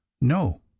no